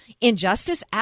injustice